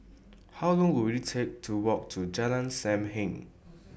How Long Will IT Take to Walk to Jalan SAM Heng